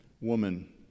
woman